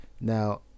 now